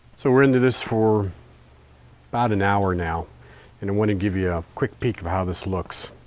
so we're into this for about an hour now and i'm going to give you a quick peek of how this looks.